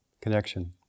connection